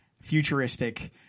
futuristic